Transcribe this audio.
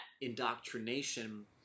indoctrination